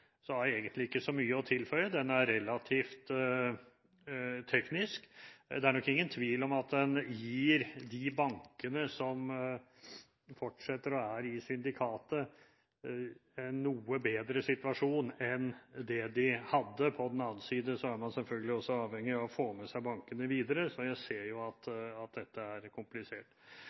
egentlig ikke så mye å tilføye. Den er relativt teknisk. Det er nok ingen tvil om at den gir de bankene som fortsetter, og som er i syndikatet, en noe bedre situasjon enn den de hadde. På den annen side er man selvfølgelig også avhengig av å få med seg bankene videre, så jeg ser at dette er komplisert.